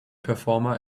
performer